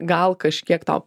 gal kažkiek tau